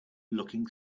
looking